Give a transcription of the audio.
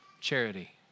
charity